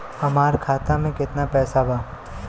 हमार खाता में केतना पैसा बा?